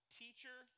teacher